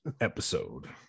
episode